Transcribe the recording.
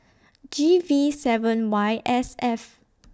G V seven Y S F